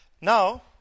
Now